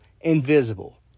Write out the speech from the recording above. invisible